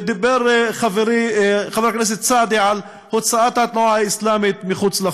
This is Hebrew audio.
דיבר חברי חבר הכנסת סעדי על הוצאת התנועה האסלאמית אל מחוץ לחוק,